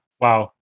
Wow